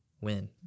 win